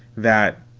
that